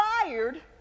fired